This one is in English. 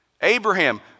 Abraham